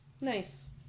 Nice